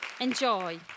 enjoy